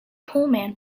pullman